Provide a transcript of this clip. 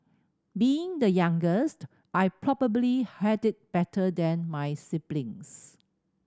being the youngest I probably had it better than my siblings